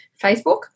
Facebook